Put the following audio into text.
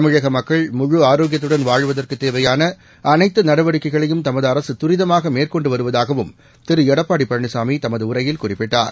தமிழக மக்கள் முழு ஆரோக்கியத்துடன் வாழ்வதற்கு தேவையாள அனைத்து நடவடிக்கைகளையும் தமது அரசு துரிதமாக மேற்கொண்டு வருவதாகவும் திரு எடப்பாடி பழனிசாமி தமது உரையில் குறிப்பிட்டார்